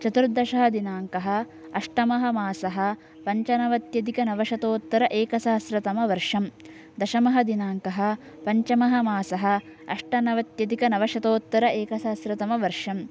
चतुर्दशः दिनाङ्कः अष्टममासः पञ्चनवत्यधिक नवशतोत्तर एकसहस्रतमवर्षम् दशमः दिनाङ्कः पञ्चममासः अष्टनवत्यधिक नवशतोत्तर एकसहस्रतमवर्षम्